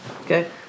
Okay